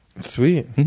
sweet